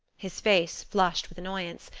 his face flushed with annoyance,